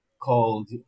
called